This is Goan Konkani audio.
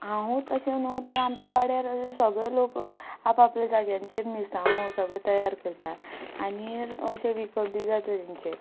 हांवूत अशें न्हू तर आमचे वाड्यार अशे सगळे लोक आपआपल्या जाग्यांचेर मिरसांगो सगळे तयार करता आनी अशें विकप बी जाता तेंचें